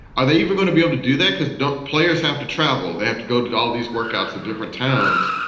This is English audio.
are they even going to be able to do that? because don't players have to travel? they have to go to all these workouts in different towns.